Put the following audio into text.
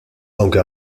aunque